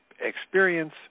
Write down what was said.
experience